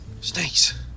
Snakes